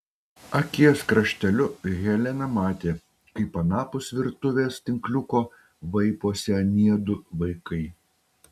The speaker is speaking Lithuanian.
akies krašteliu helena matė kaip anapus virtuvės tinkliuko vaiposi anie du vaikiai